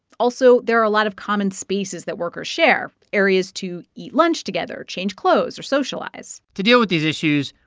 also, there are a lot of common spaces that workers share areas to eat lunch together, change clothes or socialize to deal with these issues,